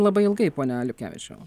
labai ilgai pone linkevičiau